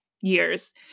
years